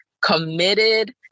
committed